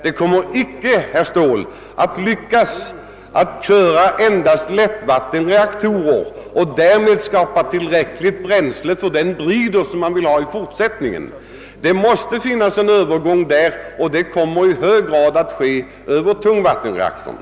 Det kommer inte, herr Ståhl, att lyckas att med enbart lättvattenreaktorer skapa tillräckligt med bränsle för de bridreaktorer som man vill ha i fortsättningen; under en övergångstid måste man ha även tungvattenreaktorer.